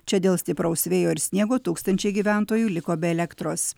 čia dėl stipraus vėjo ir sniego tūkstančiai gyventojų liko be elektros